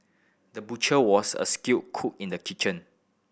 the butcher was a skilled cook in the kitchen